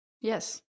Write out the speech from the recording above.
yes